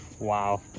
Wow